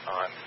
on